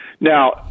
Now